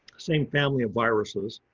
same family of viruses,